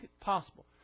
possible